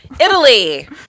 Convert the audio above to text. Italy